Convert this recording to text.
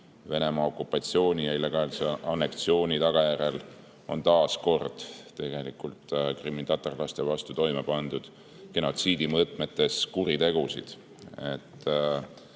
Venemaa okupatsiooni ja illegaalse anneksiooni tagajärjel on taas kord krimmitatarlaste vastu toime pandud genotsiidi mõõtmetes kuritegusid.